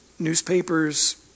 Newspapers